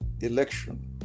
election